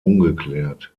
ungeklärt